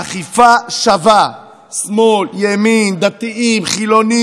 אכיפה שווה, שמאל, ימין, דתיים, חילונים.